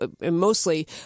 mostly